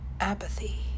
apathy